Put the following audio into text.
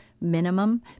minimum